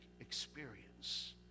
experience